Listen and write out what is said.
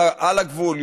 על הגבול,